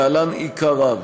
להלן עיקריו: